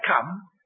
come